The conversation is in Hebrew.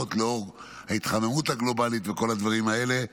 לאור ההתחממות הגלובלית וכל הדברים האלה.